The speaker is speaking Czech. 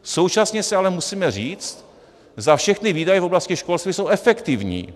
Současně si ale musíme říct, zda všechny výdaje v oblasti školství jsou efektivní.